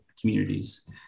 communities